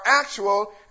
actual